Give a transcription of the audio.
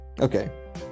Okay